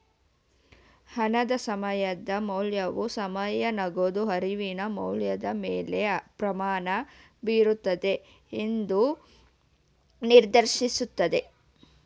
ಹಣದ ಸಮಯದ ಮೌಲ್ಯವು ಸಮಯ ನಗದು ಅರಿವಿನ ಮೌಲ್ಯದ ಮೇಲೆ ಪರಿಣಾಮ ಬೀರುತ್ತದೆ ಎಂದು ನಿರ್ದೇಶಿಸುತ್ತದೆ